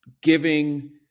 giving